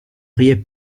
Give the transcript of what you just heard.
riait